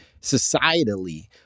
societally